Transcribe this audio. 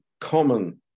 common